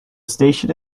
station